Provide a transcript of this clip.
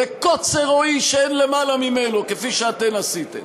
בקוצר רואי שאין למעלה ממנו, כפי שאתן עשיתן.